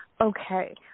Okay